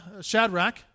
Shadrach